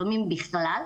לפעמים בכלל,